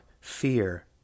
Fear